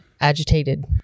agitated